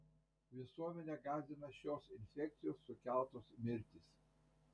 visuomenę gąsdina šios infekcijos sukeltos mirtys